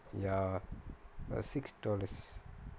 ya but six dollars